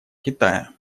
китая